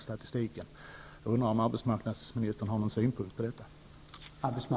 Jag undrar om arbetsmarknadsministern har någon synpunkt på detta.